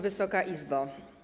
Wysoka Izbo!